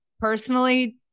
personally